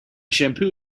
shampoo